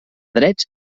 drets